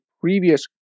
previous